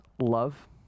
love